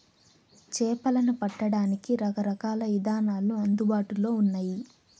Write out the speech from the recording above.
చేపలను పట్టడానికి రకరకాల ఇదానాలు అందుబాటులో ఉన్నయి